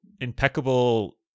impeccable